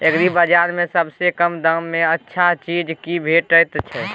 एग्रीबाजार में सबसे कम दाम में अच्छा चीज की भेटत?